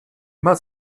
immer